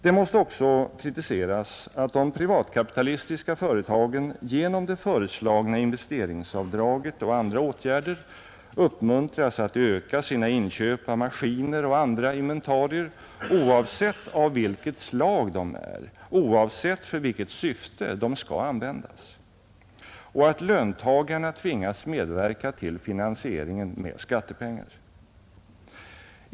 Det måste också kritiseras att de privatkapitalistiska företagen genom det föreslagna investeringsavdraget och andra åtgärder uppmuntras att öka sina inköp av maskiner och andra inventarier, oavsett av vilket slag de är, oavsett för vilket syfte de skall användas, och att löntagarna tvingas medverka till finansieringen med skattepengar.